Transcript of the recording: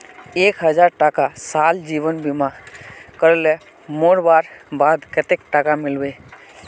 एक हजार टका साल जीवन बीमा करले मोरवार बाद कतेक टका मिलबे?